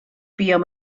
buom